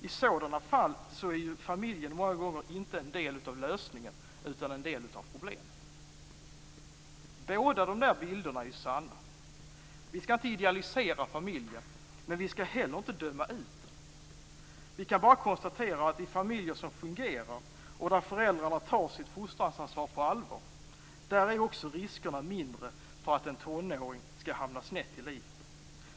I sådana fall är familjen många gånger inte en del av lösningen utan en del av problemet. Båda dessa bilder är sanna. Vi skall inte idealisera familjen, men vi skall inte heller döma ut den. I familjer som fungerar och där föräldrarna tar sitt fostraransvar på allvar, där är riskerna mindre för att en tonåring skall hamna snett i livet.